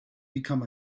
become